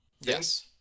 yes